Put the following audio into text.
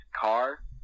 car